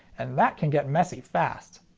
and that can get messy fast.